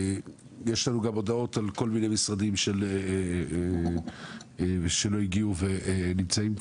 יש לנו גם הודעות על כל מיני משרדים שלא הגיעו ונמצאים כאן.